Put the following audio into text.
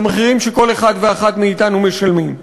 למחירים שכל אחד ואחת מאתנו משלמים.